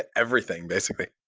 ah everything, basically.